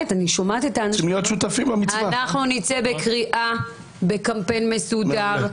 אנחנו נצא בקריאה ובקמפיין מסודר,